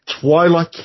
twilight